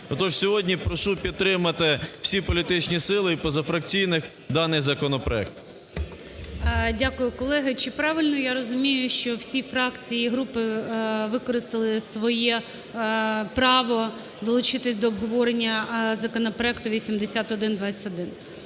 Отож, сьогодні прошу підтримати всі політичні сили і позафракційних даний законопроект. ГОЛОВУЮЧИЙ. Дякую. Колеги, чи правильно я розумію, що всі фракції і групи використали своє право долучитись до обговорення законопроекту 8121?